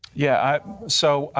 yeah. so,